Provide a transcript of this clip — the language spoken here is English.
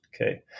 Okay